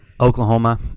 Oklahoma